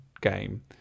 game